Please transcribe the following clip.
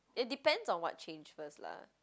it depends on what changed first lah